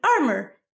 armor